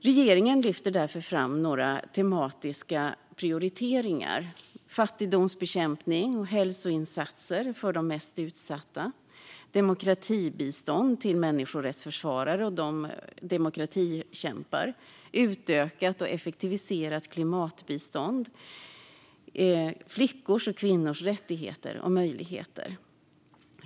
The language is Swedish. Regeringen lyfter därför fram några tematiska prioriteringar: fattigdomsbekämpning, hälsoinsatser för de mest utsatta, demokratibistånd till människorättsförsvarare och demokratikämpar, utökat och effektiviserat klimatbistånd samt flickors och kvinnors rättigheter och möjligheter.